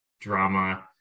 drama